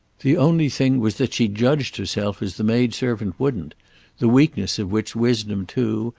the only thing was that she judged herself as the maidservant wouldn't the weakness of which wisdom too,